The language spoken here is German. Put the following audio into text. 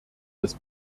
des